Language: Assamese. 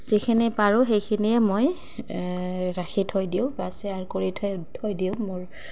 যিখিনি পাৰোঁ সেইখিনিয়ে মই ৰাখি থৈ দিওঁ বা চেয়াৰ কৰি থৈ থৈ দিওঁ মোৰ